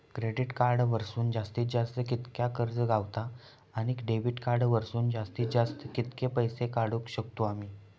Credit card वरसून जास्तीत जास्त कितक्या कर्ज गावता, आणि डेबिट कार्ड वरसून जास्तीत जास्त कितके पैसे काढुक शकतू आम्ही?